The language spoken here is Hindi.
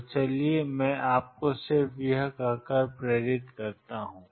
तो चलिए मैं आपको सिर्फ यह कहकर प्रेरित करता हूं